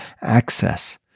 access